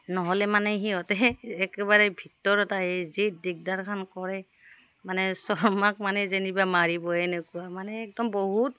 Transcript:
নহ'লে মানে সিহঁতে একেবাৰে ভিতৰত আহি যি দিগদাৰখন কৰে মানে শৰ্মাক মানে যেনিবা মাৰিবই এনেকুৱা মানে একদম বহুত